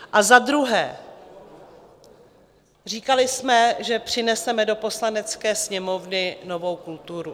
A za druhé, říkali jsme, že přineseme do Poslanecké sněmovny novou kulturu.